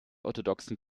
orthodoxen